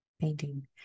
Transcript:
painting